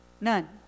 None